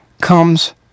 comes